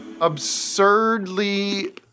absurdly